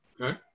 Okay